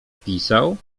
pisał